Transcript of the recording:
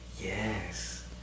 Yes